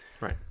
Right